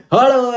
Hello